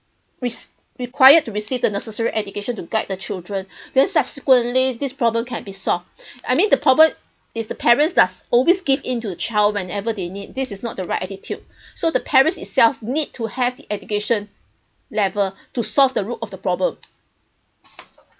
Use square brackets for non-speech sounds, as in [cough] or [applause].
rec~ required to receive the necessary education to guide the children [breath] then subsequently this problem can be solved [breath] I mean the problem is the parents that's always give in to child whenever they need this is not the right attitude [breath] so the parents itself need to have the education level to solve the root of the problem